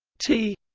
t